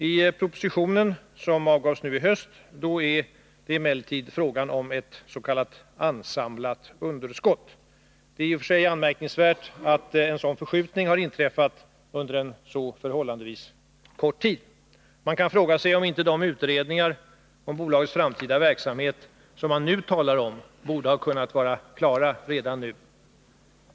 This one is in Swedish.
I propositionen som avgavs nu i höst är det emellertid fråga om ”ansamlade underskott”. Det är i och för sig anmärkningsvärt att en sådan förskjutning inträffat under en så förhållandevis kort tid. Man kan fråga sig om inte de utredningar om bolagets framtida verksamhet som det nu talas om borde ha varit klara redan nu.